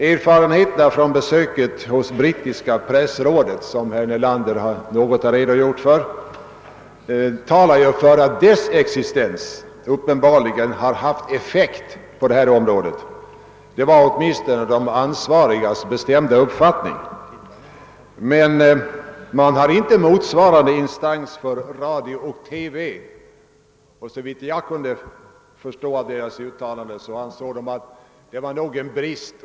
Erfarenheterna från besöket hos det brittiska pressrådet, som herr Nelander något har redogjort för, talar ju för att dess existens uppenbarligen har haft effekt på detta område. Det var åtminstone de ansvarigas bestämda uppfattning. Men man har inte motsvarande instans för radio och TV, och såvitt jag kunde förstå av deras uttalanden ansåg de att det var en brist.